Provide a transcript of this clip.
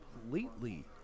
completely